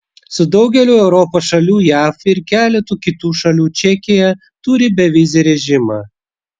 su daugeliu europos šalių jav ir keletu kitų šalių čekija turi bevizį režimą